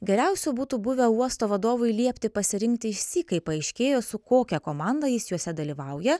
geriausiu būtų buvę uosto vadovui liepti pasirinkti išsyk kai paaiškėjo su kokia komanda jis juose dalyvauja